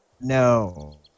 No